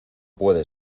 puede